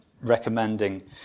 recommending